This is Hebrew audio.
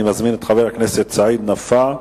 אני מזמין את חבר הכנסת סעיד נפאע,